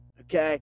okay